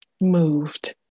moved